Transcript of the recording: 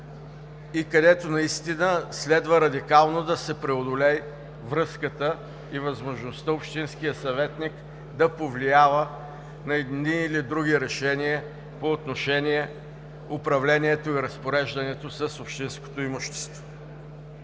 където следва радикално да се преодолее връзката и възможността общинският съветник да повлиява на едни или други решения по отношение на управлението и разпореждането с общинското имущество.